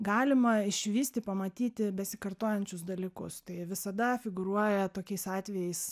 galima išvysti pamatyti besikartojančius dalykus tai visada figūruoja tokiais atvejais